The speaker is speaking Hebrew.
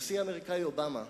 הנשיא האמריקני אובמה,